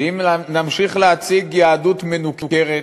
שאם נמשיך להציג יהדות מנוכרת,